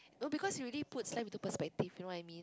no because you already put his life into perspective you know what I mean